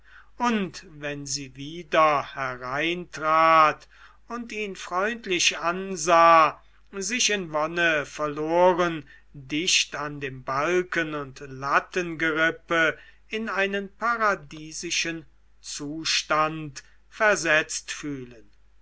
und wenn sie wieder hereintrat und ihn freundlich ansah sich in wonne verloren dicht an dem balken und lattengerippe in einen paradiesischen zustand versetzt fühlen